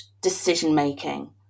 decision-making